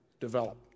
develop